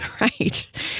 Right